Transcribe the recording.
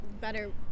better